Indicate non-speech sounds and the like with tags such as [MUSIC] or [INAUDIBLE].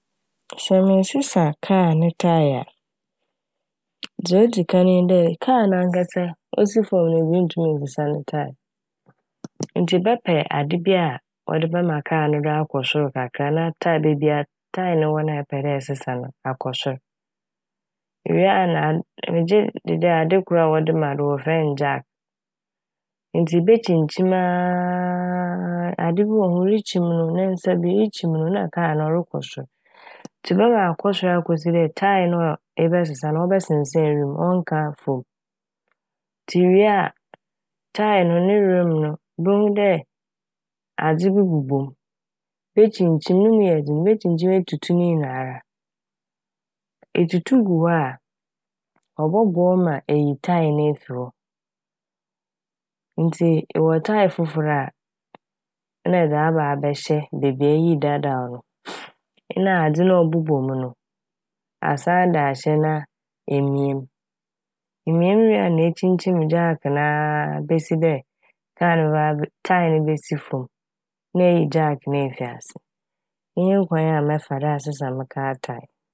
Sɛ meresesa kar ne "tyre" a dza odzikan nye dɛ kar nankasa osi famu no menntum nsesa ne "tyre". Ntsi bɛpɛ ade bi a wɔde bɛma kar no do akɔ sor kakra na "tyre"beebi a "tyre" no wɔ no a epɛ dɛ ɛsesa no akɔ sor. Iwie a na, aa- megye dzi dɛ ade kor a wɔde ma do no wɔfrɛ no "jack". Ntsi ebekyimkyiim [HESITATION] ade bi wɔ hɔ erekyim no, ne nsa bi, erekyim no na kar no rokɔ sor. Ntsi ɛbɛma akɔ sor a akosi dɛ "tyre" no a ebɛsesa no ɔbɛsensɛn wim' ɔnnka famu ntsi ewie a "tyre" no ne "rim" no bohu dɛ adze bi bobɔ mu, ebekyimkyim no mu yɛ dzen, ebekyimkyim etutu ne nyinara. Etutu gu hɔ a ɔbɔboa wo ma enyi "tyre" no efi hɔ. Ntsi ewɔ "tyre" fofor a na edze aba abɛhyɛ beebi a iyii dadaw no [HESITATION] na adze no a ɔbobɔ m' no asan de ahyɛ na emia m'. Emia m' wie a na ekyimkyiim "jack" naa a besi dɛ kar no bɛba- "tyre" no besi famu na eyi "jack" no efi ase, iyi nye kwan a mɛfa do asesa me kar"tyre".